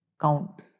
count